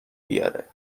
بیاره